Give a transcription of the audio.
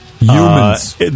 Humans